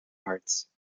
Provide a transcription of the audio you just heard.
arts